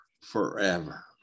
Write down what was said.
forever